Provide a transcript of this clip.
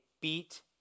beat